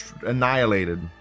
annihilated